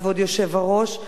כבוד היושב-ראש.